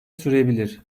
sürebilir